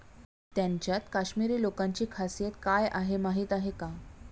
त्यांच्यात काश्मिरी लोकांची खासियत काय आहे माहीत आहे का?